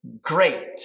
great